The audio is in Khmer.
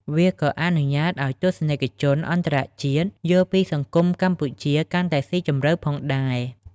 វាក៏អនុញ្ញាតឲ្យទស្សនិកជនអន្តរជាតិយល់ពីសង្គមកម្ពុជាកាន់តែស៊ីជម្រៅផងដែរ។